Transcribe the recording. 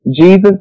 Jesus